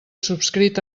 subscrit